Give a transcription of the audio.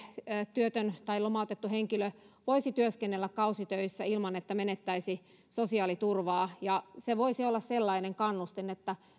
työtön tai lomautettu henkilö voisi työskennellä kausitöissä ilman että menettäisi sosiaaliturvaa se voisi olla sellainen kannustin että